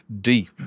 deep